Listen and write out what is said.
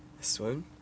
Swim